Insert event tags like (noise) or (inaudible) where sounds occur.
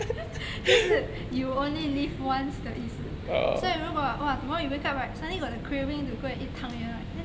(laughs) 就是 you only live once 的意思所以如果 !wah! you tomorrow wake up right suddenly got the craving to go and eat 汤圆 right then